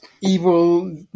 Evil